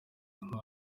inka